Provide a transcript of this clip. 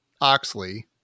Oxley